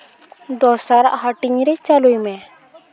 ᱫᱚᱥᱟᱨᱟᱜ ᱦᱟᱹᱴᱤᱧ ᱨᱮ ᱪᱟᱹᱞᱩᱭ ᱢᱮ